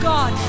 God